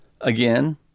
Again